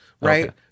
right